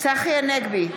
צחי הנגבי,